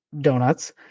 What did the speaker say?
donuts